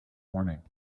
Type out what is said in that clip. morning